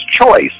choice